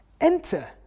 enter